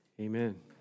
Amen